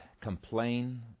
complain